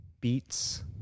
Beats